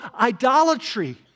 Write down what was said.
idolatry